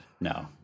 No